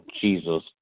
Jesus